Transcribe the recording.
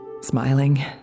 smiling